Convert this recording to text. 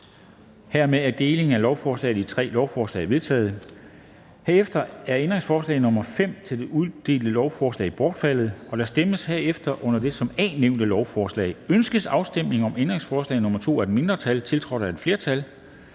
alder).] Delingen af lovforslaget er vedtaget. Herefter er ændringsforslag nr. 5 til det udelte lovforslag bortfaldet. Der stemmes herefter om det under A nævnte lovforslag: Ønskes afstemning om ændringsforslag nr. 2 af et mindretal (EL), tiltrådt af et flertal